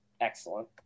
Excellent